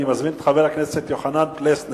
אני מזמין את חבר הכנסת יוחנן פלסנר.